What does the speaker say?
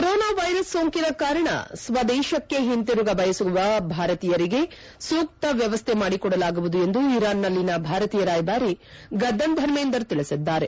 corona virus ಸೋಂಕಿನ ಕಾರಣ ಸ್ವದೇಶಕ್ಕೆ ಒಂತಿರುಗ ಬಯಸುವ ಭಾರತೀಯರಿಗೆ ಸೂಕ್ತ ವ್ಯವಸ್ಥ ಮಾಡಿಕೊಡಲಾಗುವುದು ಎಂದು ಇರಾನ್ನಲ್ಲಿನ ಭಾರತೀಯ ರಾಯಭಾರಿ ಗದ್ದಮ್ ಧರ್ಮೇಂದರ್ ತಿಳಿಸಿದ್ದಾರೆ